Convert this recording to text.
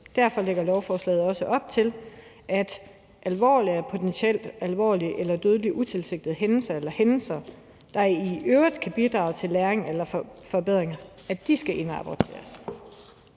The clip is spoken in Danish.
Derfor lægger lovforslaget også op til, at alvorlige og potentielt alvorlige eller dødelige utilsigtede hændelser eller hændelser, der i øvrigt kan bidrage til læring eller forbedringer, skal indrapporteres.